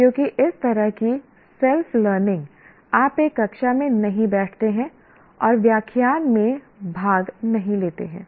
क्योंकि इस तरह की सेल्फ लर्निंग आप एक कक्षा में नहीं बैठते हैं और व्याख्यान में भाग नहीं लेते हैं